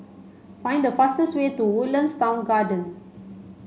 find the fastest way to Woodlands Town Garden